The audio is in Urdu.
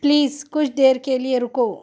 پلیز کچھ دیر کے لیے رکو